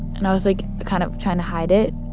and i was, like, kind of trying to hide it.